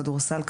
כדורסל,